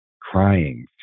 crying